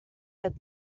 that